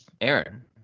Aaron